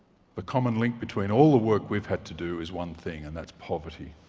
the common link between all the work we've had to do is one thing, and that's poverty.